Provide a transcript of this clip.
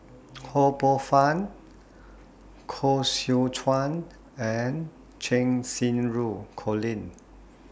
Ho Poh Fun Koh Seow Chuan and Cheng Xinru Colin